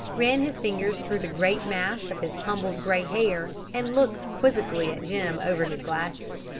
ran his fingers through the great mass of his tumbled gray hair, and looked quizzically at jim over his glasses.